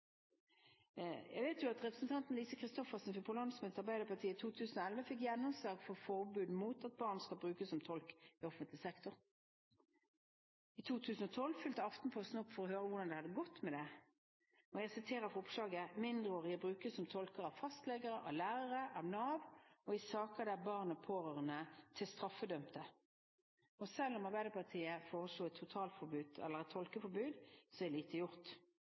Jeg vet at representanten Lise Christoffersen på landsmøtet i Arbeiderpartiet i 2011 fikk gjennomslag for forbud mot at barn skal brukes som tolk i offentlig sektor. I 2012 fulgte Aftenposten opp for å høre hvordan det hadde gått med det. Jeg siterer fra oppslaget: «Mindreårige brukes som tolker av fastleger, lærere, Nav og i saker der barn er pårørende til straffedømte.» Selv om Arbeiderpartiet foreslo et tolkeforbud, er lite gjort.